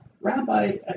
rabbi